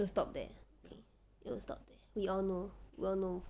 you stop there you stop there we all know